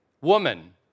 woman